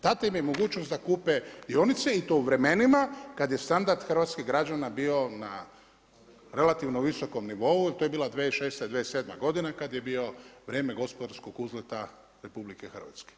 Dana im je mogućnost da kupe dionice i to u vremenima kada je standard hrvatskih građana bio na relativno visokom nivou, to je bila 2006., 2007. godina, kada je bilo vrijeme gospodarskog uzleta RH.